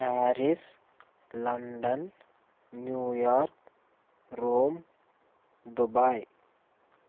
Paris London New York Rome Dubai